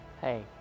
Hey